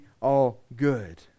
all-good